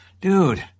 dude